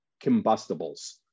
combustibles